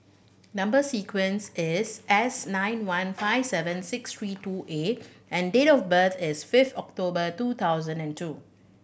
number sequence is S nine one five seven six three two A and date of birth is five October two thousand and two